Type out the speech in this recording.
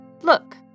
Look